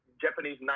Japanese